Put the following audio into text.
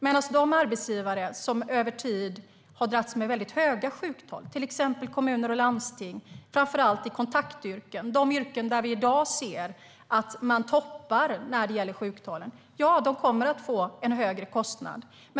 Men de arbetsgivare som över tid har dragits med höga sjuktal, till exempel kommuner och landsting, framför allt i kontaktyrken som toppar sjuktalen, kommer att få en högre kostnad.